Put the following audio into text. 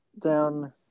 down